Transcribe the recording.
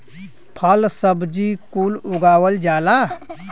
फल सब्जी कुल उगावल जाला